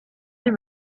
die